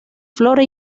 flora